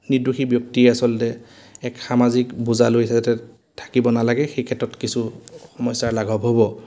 নিৰ্দোষী ব্যক্তিয়ে আচলতে এক সামাজিক বোজা লৈ যাতে থাকিব নালাগে সেই ক্ষেত্ৰত কিছু সমস্যাৰ লাঘৱ হ'ব